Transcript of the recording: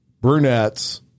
brunettes